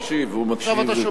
לא, הוא מקשיב כל הזמן.